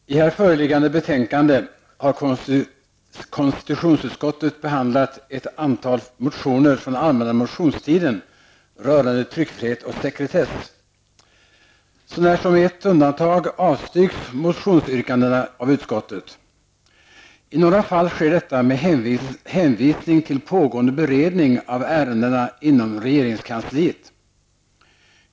Herr talman! I här föreliggande betänkande har konstitutionsutskottet behandlat ett antal motioner från allmänna motionstiden rörande tryckfrihet och sekretess. Så när som med ett undantag avstyrks motionsyrkandena av utskottet. I några fall sker detta med hänvisning till pågående beredning av ärendena inom regeringskansliet.